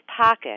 pocket